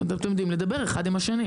אתם יודעים לדבר אחד עם השני.